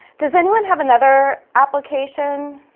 does anyone have another application?